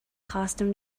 custom